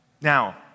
Now